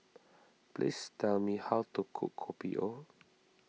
please tell me how to cook Kopi O